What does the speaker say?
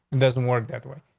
doesn't work that way.